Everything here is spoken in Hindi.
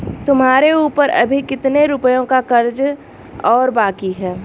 तुम्हारे ऊपर अभी कितने रुपयों का कर्ज और बाकी है?